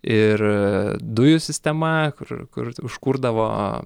ir dujų sistema kur kur užkurdavo